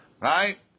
Right